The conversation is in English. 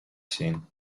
scene